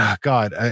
God